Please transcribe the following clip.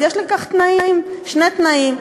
אז יש לכך שני תנאים: